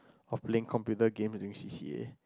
of playing computer game during C_C_A